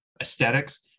aesthetics